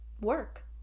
work